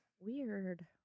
weird